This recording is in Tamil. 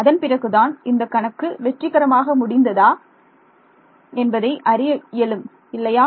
அதன்பிறகுதான் இந்த கணக்கு வெற்றிகரமாக முடிந்ததா என்பதை அறிய இயலும் இல்லையா